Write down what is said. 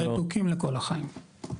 רתוקים לכל החיים,